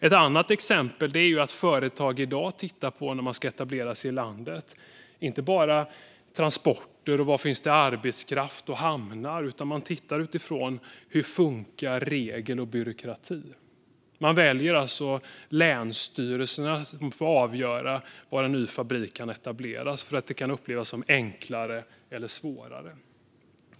Ett annat exempel är att företag som ska etablera sig i landet inte bara tittar på transporter, arbetskraft och hamnar utan även på hur regler och byråkrati funkar. Länsstyrelserna får alltså avgöra var en ny fabrik kan etableras eftersom det kan upplevas som enklare eller svårare.